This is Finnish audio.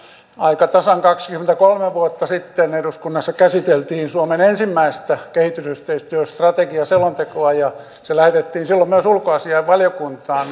aika tasan kaksikymmentäkolme vuotta sitten eduskunnassa käsiteltiin suomen ensimmäistä kehitysyhteistyöstrategiaselontekoa ja se lähetettiin silloin myös ulkoasiainvaliokuntaan